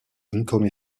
income